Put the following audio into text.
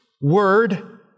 Word